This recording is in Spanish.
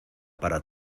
para